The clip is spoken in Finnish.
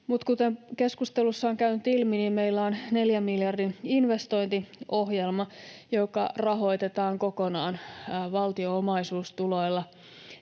kuten keskustelussa on käynyt ilmi, meillä on neljän miljardin investointiohjelma, joka rahoitetaan kokonaan valtion omaisuustuloilla.